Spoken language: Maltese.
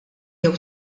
jew